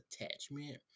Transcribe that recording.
attachment